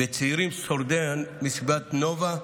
בצעירים שורדי מסיבת נובה,